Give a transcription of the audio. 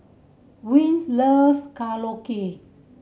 Vince loves Korokke